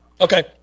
okay